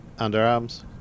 underarms